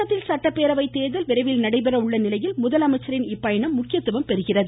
தமிழகத்தில் சட்டப்பேரவை தேர்தல் விரைவில் நடைபெற உள்ள நிலையில் முதலமைச்சரின் இப்பயணம் முக்கியத்துவம் பெறுகிறது